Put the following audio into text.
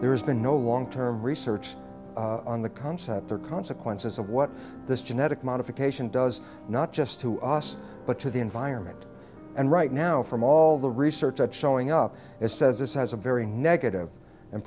there's been no long term research on the concept or consequences of what this genetic modification does not just to us but to the environment and right now from all the research that showing up and says this has a very negative and